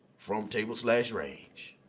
from table slash range.